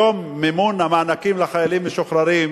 היום מימון המענקים לחיילים משוחררים,